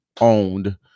owned